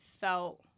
felt